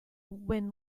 when